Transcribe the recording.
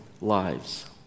lives